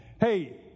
Hey